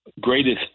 greatest